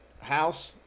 house